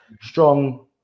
strong